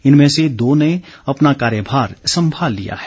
इनमें से दो ने अपना कार्यभार संभाल लिया है